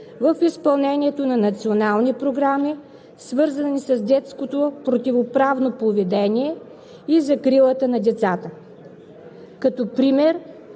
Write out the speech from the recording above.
в изпълнението на национални програми, свързани с детското противоправно поведение и закрилата на децата. Като пример